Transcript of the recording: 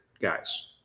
guys